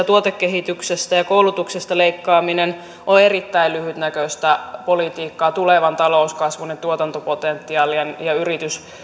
tuotekehityksestä ja koulutuksesta leikkaaminen on erittäin lyhytnäköistä politiikkaa tulevan talouskasvun ja tuotantopotentiaalien ja